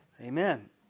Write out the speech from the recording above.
Amen